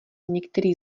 některý